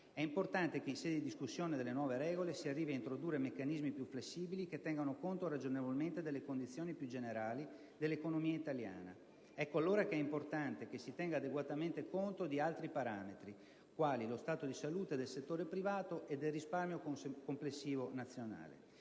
È importante che in sede di discussione delle nuove regole si arrivi a introdurre meccanismi più flessibili, che tengano conto ragionevolmente delle condizioni più generali dell'economia italiana. Ecco allora che è importante che si tenga adeguatamente conto di altri parametri, quali lo stato di salute del settore privato e del risparmio complessivo nazionale.